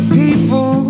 people